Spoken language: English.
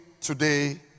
today